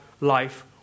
life